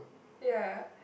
ya